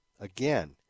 again